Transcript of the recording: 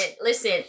listen